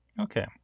Okay